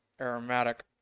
aromatic